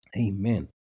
Amen